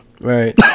Right